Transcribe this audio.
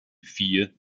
vier